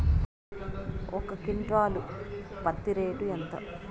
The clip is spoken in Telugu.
ఒక క్వింటాలు పత్తి రేటు ఎంత?